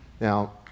Now